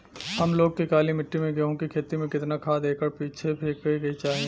हम लोग के काली मिट्टी में गेहूँ के खेती में कितना खाद एकड़ पीछे फेके के चाही?